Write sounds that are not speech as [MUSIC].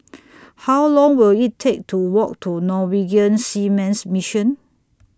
[NOISE] How Long Will IT Take to Walk to Norwegian Seamen's Mission